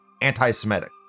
anti-Semitic